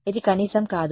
ఇది కనీసం కాదు